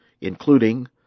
including